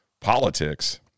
politics